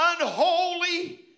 unholy